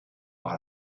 par